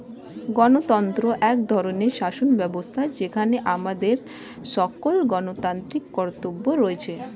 গণতন্ত্র এক ধরনের শাসনব্যবস্থা যেখানে আমাদের সকল গণতান্ত্রিক কর্তৃত্ব রয়েছে